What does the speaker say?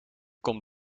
kom